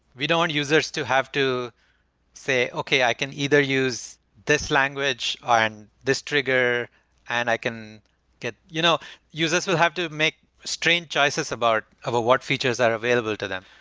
we don't want users to have to say, okay, i can either use this language on this trigger and i can get you know users will have to make strange choices about over what features are available to them.